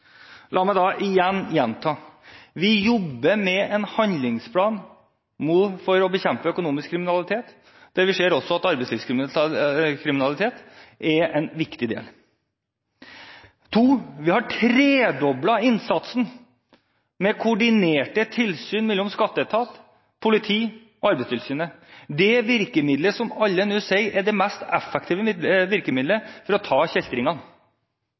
La meg da igjen gjenta: Vi jobber for det første med en handlingsplan for å bekjempe økonomisk kriminalitet, der vi ser at også arbeidslivskriminalitet er en viktig del. For det andre har vi tredoblet innsatsen med koordinerte tilsyn mellom Skatteetaten, politiet og Arbeidstilsynet – det virkemidlet som alle nå sier er det mest effektive virkemidlet for å ta